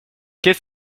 qu’est